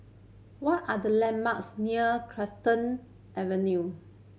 what are the landmarks near Avenue